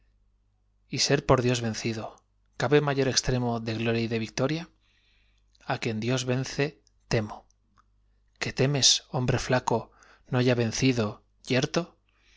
y ser por dios vencido cabe mayor extremo de gloria y de victoria a quien dios vence temo que temes hombre ñaco no ya vencido yerto